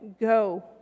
go